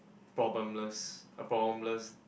problemless a problemless